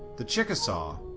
the chickasaw,